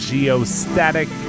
Geostatic